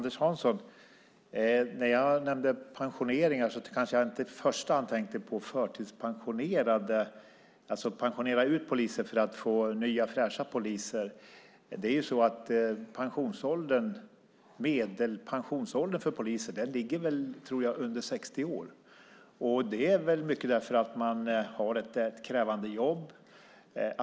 Fru talman! När jag nämnde pensioneringarna tänkte jag kanske inte i första hand på förtidspensionering, alltså att pensionera poliser för att få in nya fräscha poliser. Jag tror att medelpensionsåldern för poliser ligger under 60 år, vilket till stor del beror på att de har ett krävande jobb.